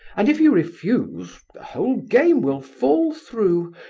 and if you refuse, the whole game will fall through,